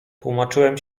tłumaczyłem